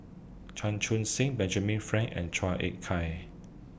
Chan Chun Sing Benjamin Frank and Chua Ek Kay